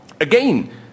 again